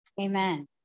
Amen